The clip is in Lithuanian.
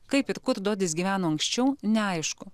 kaip ir kur dodis gyveno anksčiau neaišku